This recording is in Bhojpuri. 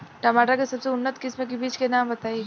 टमाटर के सबसे उन्नत किस्म के बिज के नाम बताई?